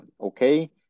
okay